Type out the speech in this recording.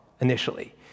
initially